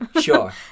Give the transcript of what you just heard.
Sure